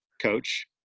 coach